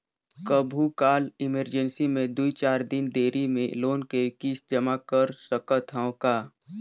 कभू काल इमरजेंसी मे दुई चार दिन देरी मे लोन के किस्त जमा कर सकत हवं का?